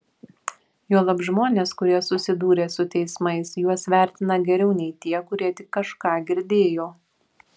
juolab žmonės kurie susidūrė su teismais juos vertina geriau nei tie kurie tik kažką girdėjo